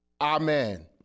Amen